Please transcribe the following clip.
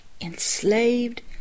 enslaved